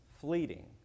fleeting